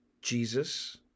Jesus